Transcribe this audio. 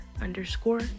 underscore